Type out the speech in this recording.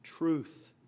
Truth